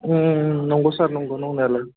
नंग' सार नंग नंनायालाय